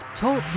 Talk